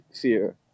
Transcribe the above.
fear